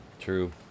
True